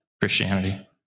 Christianity